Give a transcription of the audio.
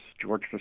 George